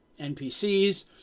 NPCs